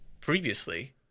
previously